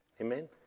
Amen